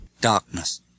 Darkness